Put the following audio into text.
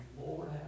Lord